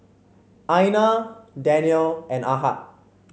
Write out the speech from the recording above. Aina Danial and Ahad